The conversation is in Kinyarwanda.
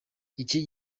iki